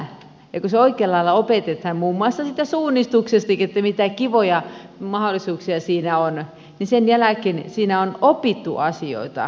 kun se oikealla lailla opetetaan muun muassa se suunnistuskin se mitä kivoja mahdollisuuksia siinä on niin sen jälkeen siinä on opittu asioita